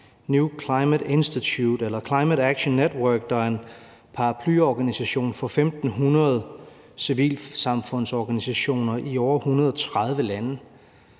NewClimate Institute eller Climate Action Network, der er en paraplyorganisation for 1.500 civilsamfundsorganisationer i over 130 lande,